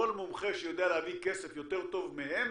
כל מומחה שיודע להביא כסף יותר טוב מהם